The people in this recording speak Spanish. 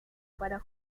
para